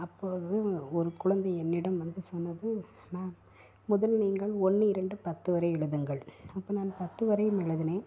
அப்போது ஒரு குழந்தை என்னிடம் வந்து சொன்னது மேம் முதலில் நீங்கள் ஒன்னு இரண்டு பத்து வரையும் எழுதுங்கள் அப்போ நான் பத்து வரையும் எழுதினேன்